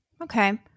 Okay